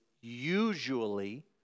usually